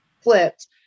flipped